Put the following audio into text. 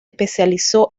especializó